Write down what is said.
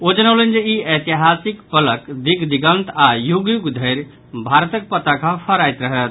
ओ जनौलनि जे ई ऐतिहासिक पलक दिग दिगन्त आओर युग युग धरि भारतक पताका फहराइत रहत